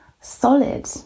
solid